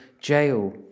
jail